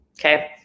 okay